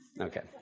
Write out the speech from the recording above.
Okay